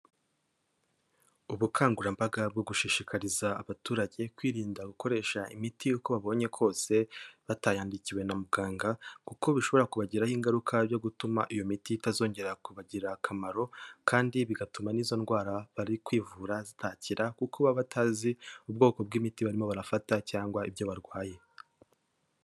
Ubukangurambaga bwo gushishikariza abaturage kwirinda gukoresha imiti uko babonye kose batayandikiwe na muganga, kuko bishobora kubagiraho ingaruka yo gutuma iyo miti itazongera kubagirira akamaro, kandi bigatuma n'izo ndwara bari kwivura zitakira, kuko baba batazi ubwoko bw'imiti barimo barafata cyangwa ibyo barwaye.